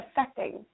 affecting